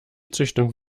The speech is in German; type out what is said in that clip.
züchtung